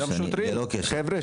חבר'ה,